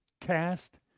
Cast